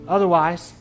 Otherwise